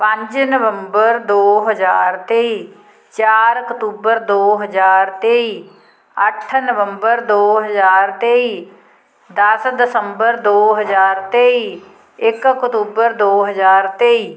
ਪੰਜ ਨਵੰਬਰ ਦੋ ਹਜ਼ਾਰ ਤੇਈ ਚਾਰ ਅਕਤੂਬਰ ਦੋ ਹਜ਼ਾਰ ਤੇਈ ਅੱਠ ਨਵੰਬਰ ਦੋ ਹਜ਼ਾਰ ਤੇਈ ਦਸ ਦਸੰਬਰ ਦੋ ਹਜ਼ਾਰ ਤੇਈ ਇੱਕ ਅਕਤੂਬਰ ਦੋ ਹਜ਼ਾਰ ਤੇਈ